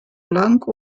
lang